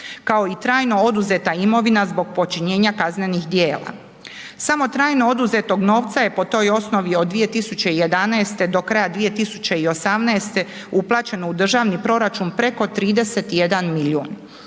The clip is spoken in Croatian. kao i trajno oduzeta imovina zbog počinjenja kaznenih djela. Samo trajno oduzetog novca je po toj osnovi od 2011. do kraja 2018. uplaćeno u državni proračun preko 31 milijun,